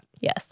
Yes